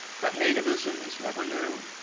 but nativism is never new.